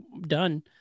done